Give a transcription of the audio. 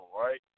right